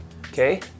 okay